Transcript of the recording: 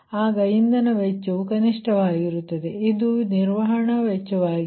ಆಗ ಇಂಧನ ವೆಚ್ಚವು ಕನಿಷ್ಟವಾಗಿರುತ್ತದೆ ಇದು ನಿರ್ವಹಣಾ ವೆಚ್ಚವಾಗಿದೆ